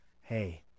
hey